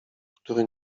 który